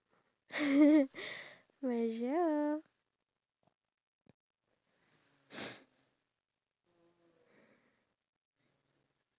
you know actually I wanted to go to mustafa cause mustafa got everything we need to get for the trip tomorrow and like the